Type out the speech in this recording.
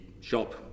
shop